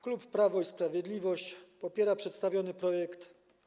Klub Prawo i Sprawiedliwość popiera przedstawiony projekt.